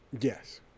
Yes